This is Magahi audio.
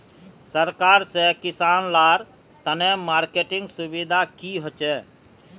सरकार से किसान लार तने मार्केटिंग सुविधा की होचे?